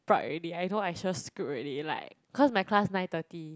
bright already I know I sure screwed already like cause my class nine thirty